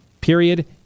period